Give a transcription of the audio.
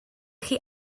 chi